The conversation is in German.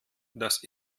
das